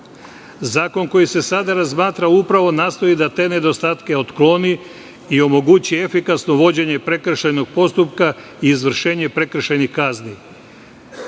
Zakon koji se sada razmatra upravo nastoji da te nedostatke otkloni i mogući efikasno vođenje prekršajnog postupka i izvršenje prekršajnih kazni. Pred